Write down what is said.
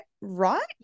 right